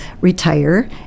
retire